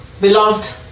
Beloved